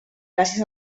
gràcies